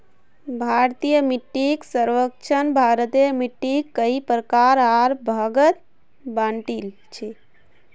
भारतीय मिट्टीक सर्वेक्षणत भारतेर मिट्टिक कई प्रकार आर भागत बांटील छे